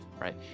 right